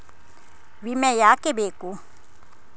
ವಿಮೆ ಯಾಕೆ ಬೇಕು?